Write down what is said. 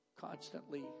constantly